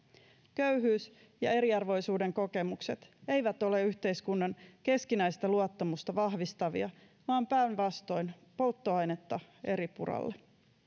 köyhyys ja eriarvoisuuden kokemukset eivät ole yhteiskunnan keskinäistä luottamusta vahvistavia vaan päinvastoin polttoainetta eripuralle